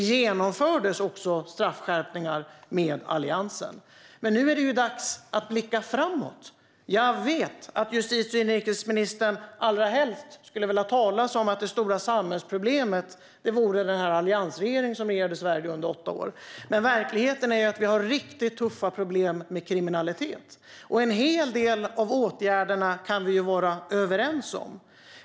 Även straffskärpningar genomfördes med Alliansen. Nu är det dock dags att blicka framåt. Jag vet att justitie och inrikesministern allra helst skulle vilja tala om att det stora samhällsproblemet är de alliansregeringar som ledde Sverige under åtta år. Men verkligheten är att vi har riktigt tuffa problem med kriminalitet, och en hel del av åtgärderna kan vi vara överens om.